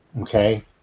okay